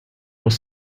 was